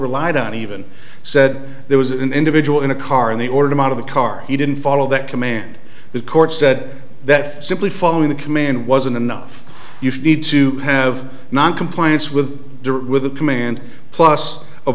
relied on even said there was an individual in a car and they ordered him out of the car he didn't follow that command the court said that simply following the command wasn't enough you need to have noncompliance with with a command plus